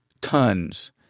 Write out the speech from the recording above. tons